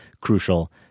crucial